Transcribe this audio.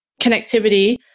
connectivity